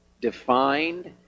defined